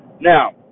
Now